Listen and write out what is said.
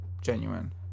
genuine